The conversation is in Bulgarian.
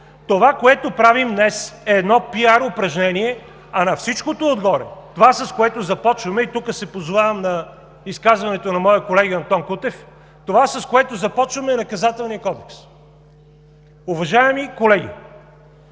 Това, което правим днес, е едно PR упражнение, а на всичкото отгоре това, с което започваме, и тук се позовавам на изказването на моя колега Антон Кутев, това, с което започваме, е Наказателният кодекс! Уважаеми колеги,